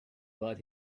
but